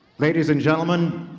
ladies and gentleman,